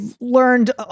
learned